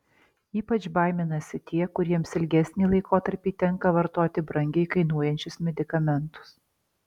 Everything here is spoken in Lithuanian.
ypač baiminasi tie kuriems ilgesnį laikotarpį tenka vartoti brangiai kainuojančius medikamentus